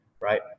right